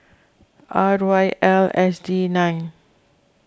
R Y L S D nine